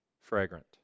fragrant